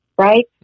right